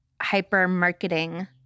hyper-marketing